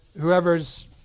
whoever's